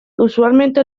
usualmente